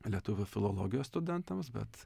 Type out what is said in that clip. lietuvių filologijos studentams bet